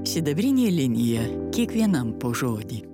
sidabrinė linija kiekvienam po žodį